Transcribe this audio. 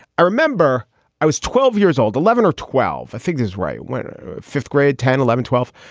i remember i was twelve years old. eleven or twelve, i think is right when fifth grade ten, eleven, twelve.